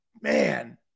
Man